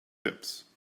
hips